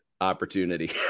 opportunity